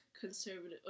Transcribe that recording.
conservative